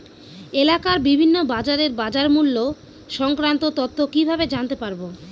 এলাকার বিভিন্ন বাজারের বাজারমূল্য সংক্রান্ত তথ্য কিভাবে জানতে পারব?